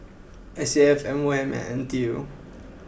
S A F M O M and N T U